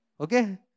Okay